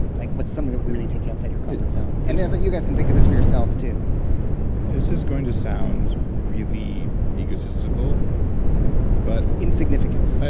like what's something that would really take you outside your comfort zone? and yeah but you guys can think of this for yourselves too this is going to sound really egotistical but insignificance,